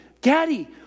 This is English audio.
daddy